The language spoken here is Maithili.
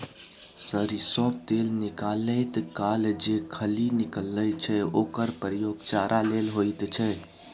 सरिसों तेल निकालैत काल जे खली निकलैत छै ओकर प्रयोग चारा लेल होइत छै